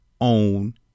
own